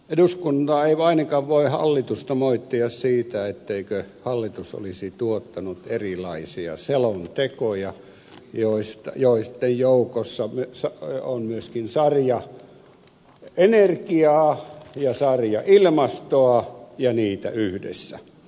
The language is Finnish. eduskunta ei ainakaan voi hallitusta moittia siitä etteikö hallitus olisi tuottanut erilaisia selontekoja joitten joukossa on myöskin sarja energiaa ja sarja ilmastoa ja niitä yhdessä